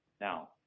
Now